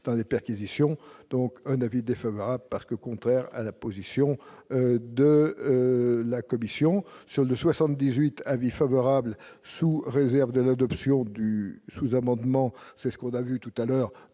dans les perquisitions donc un avis défavorable parce que contraire à la position de la commission. Sion sur le 78 avis favorable sous réserve de l'adoption du sous-amendements, c'est ce qu'on a vu tout à l'heure,